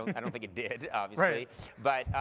i don't think it did obviously. but